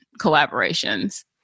collaborations